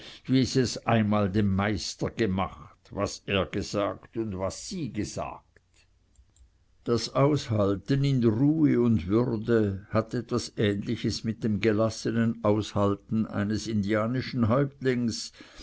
wie sie es einmal dem meister gemacht was er gesagt und was sie gesagt das aushalten in ruhe und würde hat etwas ähnliches mit dem gelassenen aushalten eines indianischen häuptlings